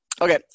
Okay